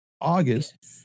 August